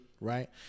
right